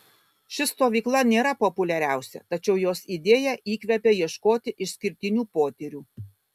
ši stovykla nėra populiariausia tačiau jos idėja įkvepia ieškoti išskirtinių potyrių